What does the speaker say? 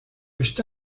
está